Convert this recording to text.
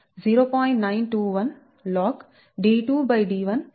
921 logd2d1 mHkm